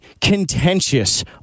contentious